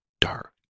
dark